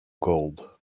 gold